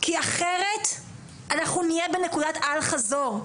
כי אחרת אנחנו נהיה בנקודת אל-חזור.